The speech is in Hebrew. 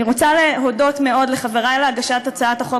אני רוצה להודות מאוד לחברי להגשת הצעת החוק